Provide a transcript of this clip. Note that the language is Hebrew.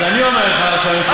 אז אני אומר לך שהממשלה,